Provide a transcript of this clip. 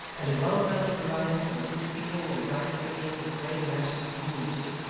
and a well-founded reliance on the good feeling and right thinking of the great mass of the community,